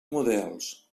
models